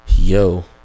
Yo